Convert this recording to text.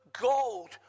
gold